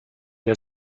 der